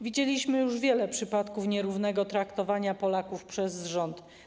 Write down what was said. Widzieliśmy już wiele przypadków nierównego traktowania Polaków przez rząd.